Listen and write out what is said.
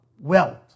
wealth